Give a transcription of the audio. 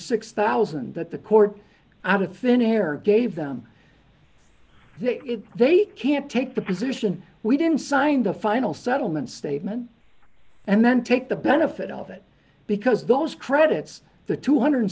six thousand dollars that the court out of thin air gave them it they can't take the position we didn't signed a final settlement statement and then take the benefit of it because those credits the two hundred and